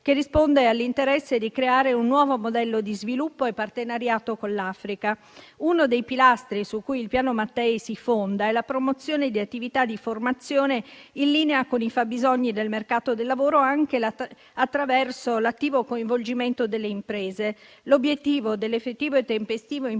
che risponde all'interesse di creare un nuovo modello di sviluppo e partenariato con l'Africa. Uno dei pilastri su cui il Piano Mattei si fonda è la promozione di attività di formazione in linea con i fabbisogni del mercato del lavoro, anche attraverso l'attivo coinvolgimento delle imprese. L'obiettivo dell'effettivo e tempestivo impiego